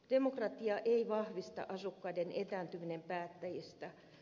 demokratiaa ei vahvista asukkaiden etääntyminen päättäjistä